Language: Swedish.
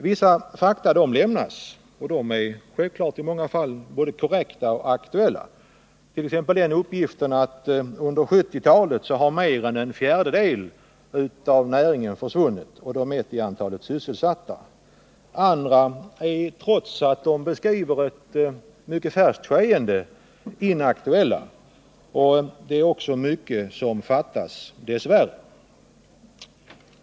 Vissa fakta utelämnas, vilka i många fall självfallet är båda korrekta och aktuella. Det gäller t.ex. uppgiften att mer än en fjärdedel av antalet sysselsatta inom näringen helt försvunnit under 1970-talet. Andra fakta är inaktuella, trots att de beskriver ett mycket färskt skeende. Dess värre fattas också många fakta.